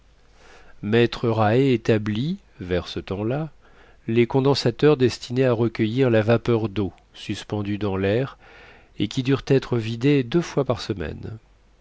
maître rae établit vers ce temps-là les condensateurs destinés à recueillir la vapeur d'eau suspendue dans l'air et qui durent être vidés deux fois par semaine